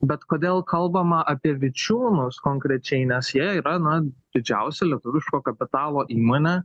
bet kodėl kalbama apie vičiūnus konkrečiai nes jie yra na didžiausia lietuviško kapitalo įmonė